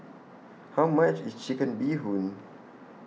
How much IS Chicken Bee Hoon